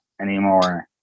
anymore